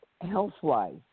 health-wise